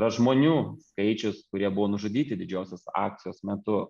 yra žmonių skaičius kurie buvo nužudyti didžiosios akcijos metu